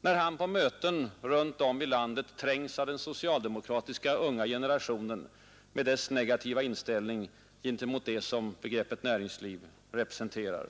när han på möten runt om i landet trängs av den socialdemokratiska unga generationen med dess negativa inställning gentemot det som begreppet näringsliv representerar.